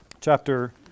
chapter